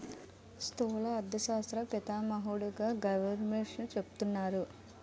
స్థూల అర్థశాస్త్ర పితామహుడుగా రగ్నార్ఫిషర్ను చెబుతారు